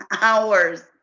hours